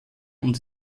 und